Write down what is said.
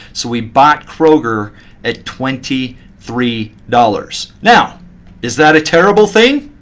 so we bought kroger at twenty three dollars. now is that a terrible thing?